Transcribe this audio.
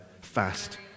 fast